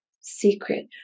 secret